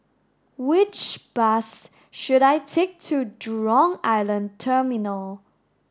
which bus should I take to Jurong Island Terminal